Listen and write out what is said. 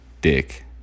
dick